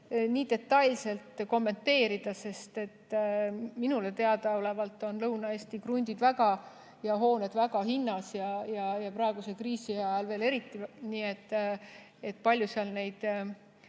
nii detailselt kommenteerida, sest minule teadaolevalt on Lõuna-Eesti krundid ja hooned väga hinnas ja praeguse kriisi ajal veel eriti. Nii et seda, kui